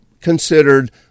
considered